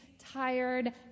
tired